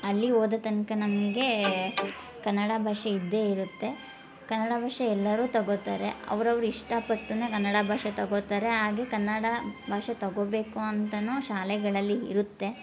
ಅಲ್ಲಿ ಓದೋ ತನಕ ನಮಗೆ ಕನ್ನಡ ಭಾಷೆ ಇದ್ದೇ ಇರುತ್ತೆ ಕನ್ನಡ ಭಾಷೆ ಎಲ್ಲರೂ ತಗೋತಾರೆ ಅವ್ರವ್ರು ಇಷ್ಟಪಟ್ಟುನೆ ಕನ್ನಡ ಭಾಷೆ ತಗೋತಾರೆ ಹಾಗೇ ಕನ್ನಡ ಭಾಷೆ ತಗೋಬೇಕು ಅಂತಲೂ ಶಾಲೆಗಳಲ್ಲಿ ಇರುತ್ತೆ